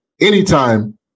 anytime